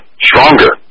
stronger